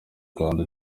kandi